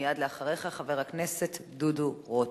מייד אחריך, חבר הכנסת דודו רותם.